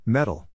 Metal